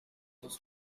was